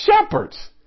shepherds